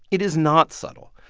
it is not subtle.